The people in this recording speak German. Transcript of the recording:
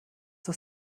das